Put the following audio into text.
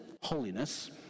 holiness